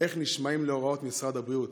איך נשמעים להוראת משרד הבריאות,